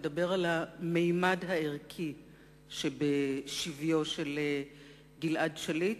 לדבר על הממד הערכי שבשביו של גלעד שליט,